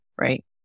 Right